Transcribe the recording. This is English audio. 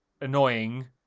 annoying